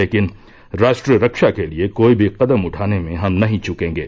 लेकिन राष्ट्र रक्षा के लिए कोई भी कदम उठाने में हम नहीं च्रकेंगे